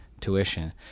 tuition